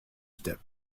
step